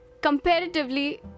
comparatively